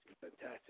fantastic